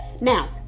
now